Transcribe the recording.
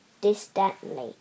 distantly